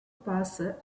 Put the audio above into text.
parser